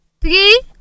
Three